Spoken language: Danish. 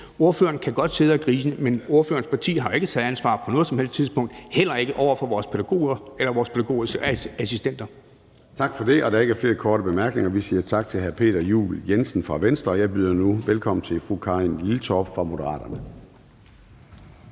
Ordføreren kan godt sidde og grine, men ordførerens parti har jo ikke taget ansvar på noget som helst tidspunkt, heller ikke over for vores pædagoger eller vores pædagogassistenter. Kl. 10:31 Formanden (Søren Gade): Tak for det. Der er ikke flere korte bemærkninger. Vi siger tak til hr. Peter Juel-Jensen fra Venstre. Jeg byder nu velkommen til fru Karin Liltorp fra Moderaterne.